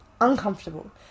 uncomfortable